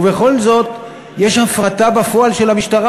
ובכל זאת יש הפרטה בפועל של המשטרה,